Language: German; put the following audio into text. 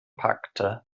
packte